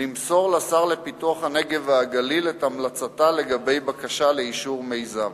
למסור לשר לפיתוח הנגב והגליל את המלצתה לגבי בקשה לאישור מיזם.